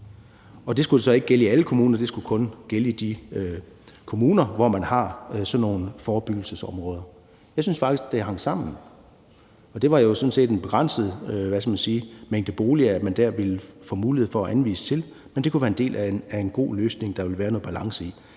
det skulle så ikke gælde i alle kommuner; det skulle kun gælde i de kommuner, hvor man har sådan nogle forebyggelsesområder. Jeg synes faktisk, det hang sammen. Og det var jo sådan set en begrænset mængde boliger, man der ville få mulighed for at anvise til, men det kunne være en del af en god løsning, der ville være noget balance i.